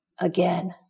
again